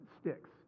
sticks